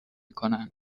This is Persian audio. کنن